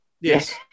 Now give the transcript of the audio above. Yes